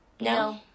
No